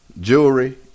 Jewelry